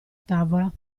tavola